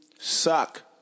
suck